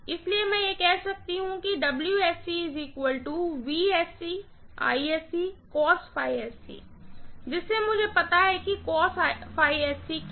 इसी तरह मैं कह सकती हूँ कि जिससे मुझे पता है कि क्या है